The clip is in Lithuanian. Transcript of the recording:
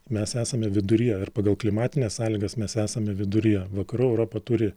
mes esame viduryje ir pagal klimatines sąlygas mes esame viduryje vakarų europa turi